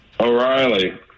O'Reilly